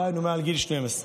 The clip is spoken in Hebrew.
דהיינו מגיל 12 ומעלה.